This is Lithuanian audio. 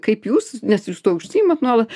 kaip jūs nes jūs tuo užsiimat nuolat